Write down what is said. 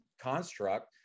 construct